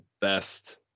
best